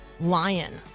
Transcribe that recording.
lion